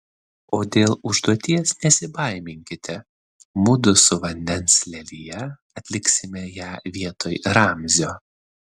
o dėl užduoties nesibaiminkite mudu su vandens lelija atliksime ją vietoj ramzio